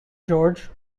george